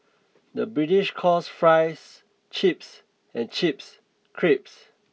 the British calls fries chips and chips